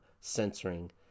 censoring